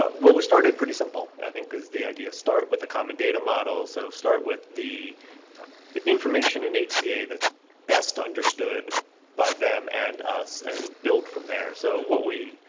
ah well, we started pretty simple, i think is the idea. start with a common data model, so start with the the information in hca that's best understood by them and us and build from there so what we,